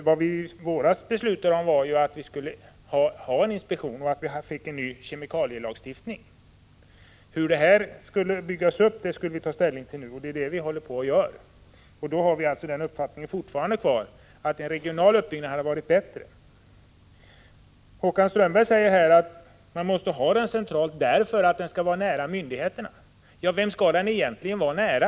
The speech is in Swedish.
Vad vi beslöt i våras var att det skulle finnas en kemikalieinspektion och att en ny kemikalielagstiftning skulle komma till stånd. Vad vi nu skall fatta beslut om är hur uppbyggnaden skall gå till. Vår uppfattning gäller fortfarande, nämligen att en regional uppbyggnad hade varit bättre. Håkan Strömberg säger att kemikalieinspektionen måste vara centralt belägen därför att den skall finnas nära myndigheterna. Men vem skall den egentligen vara nära?